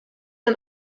ein